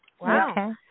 Wow